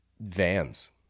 vans